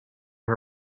her